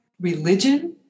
Religion